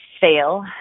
fail